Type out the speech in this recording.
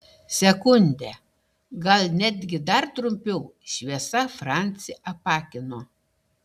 sekundę gal netgi dar trumpiau šviesa francį apakino